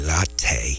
Latte